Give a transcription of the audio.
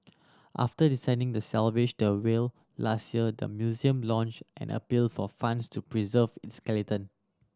after deciding to salvage the whale last year the museum launched an appeal for funds to preserve its skeleton